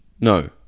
No